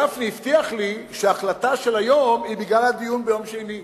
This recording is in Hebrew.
חבר הכנסת גפני הבטיח לי שההחלטה של היום היא בגלל הדיון ביום שני.